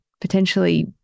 potentially